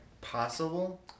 possible